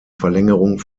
verlängerung